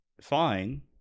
fine